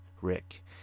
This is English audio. Rick